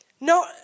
No